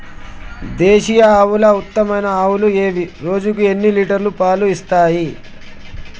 దేశీయ ఆవుల ఉత్తమమైన ఆవులు ఏవి? రోజుకు ఎన్ని లీటర్ల పాలు ఇస్తాయి?